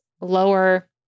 lower